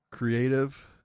creative